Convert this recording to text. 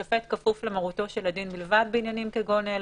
השופט כפוף למרותו של הדין בלבד בעניינים כגון אלה.